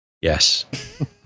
Yes